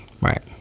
Right